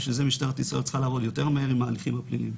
בשביל זה משטרת ישראל צריכה לעבוד יותר מהר עם ההליכים הפליליים.